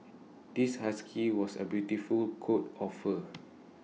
this husky was A beautiful coat of fur